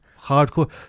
hardcore